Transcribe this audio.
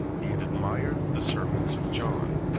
he had admired the sermons of john,